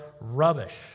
rubbish